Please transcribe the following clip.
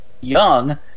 Young